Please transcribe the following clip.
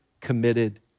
committed